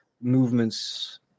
movements